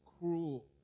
cruel